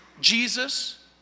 Jesus